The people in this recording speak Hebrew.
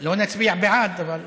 לא נצביע בעד, אבל,